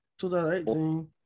2018